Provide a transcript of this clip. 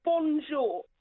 Bonjour